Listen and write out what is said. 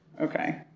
Okay